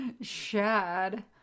Shad